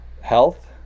health